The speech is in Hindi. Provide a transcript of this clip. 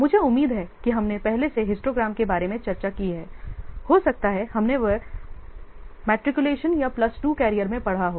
मुझे उम्मीद है कि हमने पहले से हिस्टोग्राम के बारे में चर्चा की है हो सकता है हमने वह मैट्रिकुलेशन या प्लस 2 कैरियर में पड़ा हो